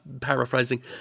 paraphrasing